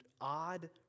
odd